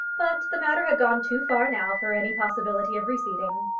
but the matter had gone too far now for any possibility of receding.